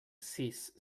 sis